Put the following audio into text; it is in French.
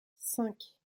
cinq